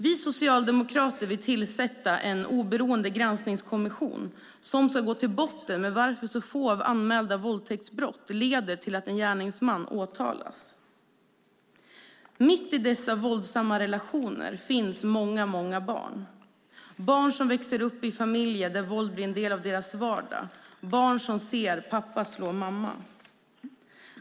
Vi socialdemokrater vill tillsätta en oberoende granskningskommission som ska gå till botten med varför så få av de anmälda våldtäktsbrotten leder till att en gärningsman åtalas. Mitt i dessa våldsamma relationer finns många, många barn - barn som växer upp i familjer där våld blir en del av deras vardag, barn som ser pappa slå mamma.